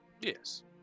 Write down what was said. yes